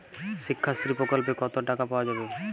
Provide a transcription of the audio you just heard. শিক্ষাশ্রী প্রকল্পে কতো টাকা পাওয়া যাবে?